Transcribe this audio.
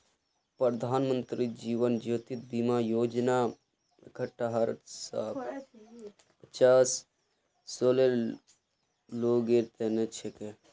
प्रधानमंत्री जीवन ज्योति बीमा योजना अठ्ठारह स पचास सालेर लोगेर तने छिके